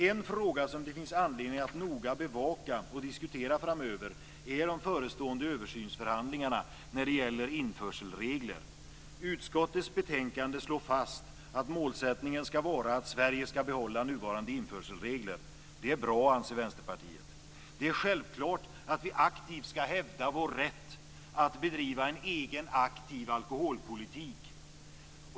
En fråga som det finns anledning att noga bevaka och diskutera framöver är de förestående översynsförhandlingarna när det gäller införselregler. I utskottets betänkande slås fast att målsättningen ska vara att Sverige ska behålla nuvarande införselregler. Det är bra, anser Vänsterpartiet. Det är självklart att vi aktivt ska hävda vår rätt att bedriva en egen, aktiv alkoholpolitik.